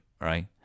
right